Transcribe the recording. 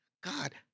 god